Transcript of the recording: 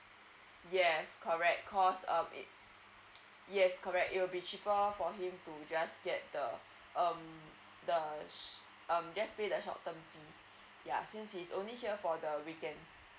yes correct cause um yes correct it will be cheaper for him to just get the um the shh um just pay the short term fee ya since is only here for the weekend